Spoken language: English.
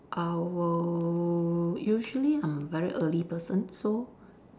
I will usually I'm very early person so